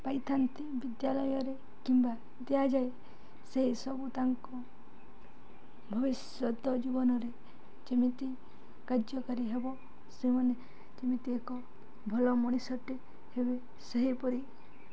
ପାଇଥାନ୍ତି ବିଦ୍ୟାଳୟରେ କିମ୍ବା ଦିଆଯାଏ ସେହିସବୁ ତାଙ୍କ ଭବିଷ୍ୟତ ଜୀବନରେ ଯେମିତି କାର୍ଯ୍ୟକାରୀ ହେବ ସେମାନେ ଯେମିତି ଏକ ଭଲ ମଣିଷଟେ ହେବେ ସେହିପରି